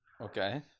Okay